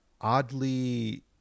oddly